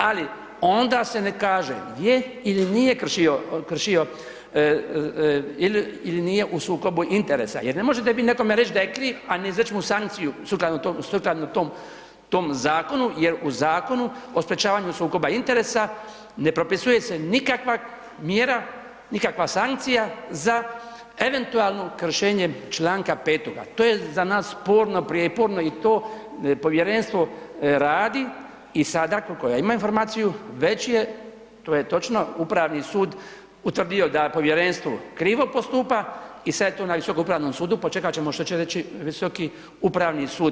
Ali, onda se ne kaže je ili nije kršio, je ili nije u sukobu interesa jer ne možete vi nekome reći da je kriv, a ne izreći mu sankciju sukladno tom zakonu jer u Zakonu o sprječavanju sukoba interesa ne propisuje se nikakva mjera, nikakva sankcija za eventualno kršenje čl. 5. To je za nas sporno, prijeporno i to Povjerenstvo radi i sada, koliko ja imam informaciju, već je, to je točno, Upravni sud utvrdio da Povjerenstvo krivo postupa i sad je to na Visokom upravnom sudu, počekat ćemo što će reći Visoku upravni sud.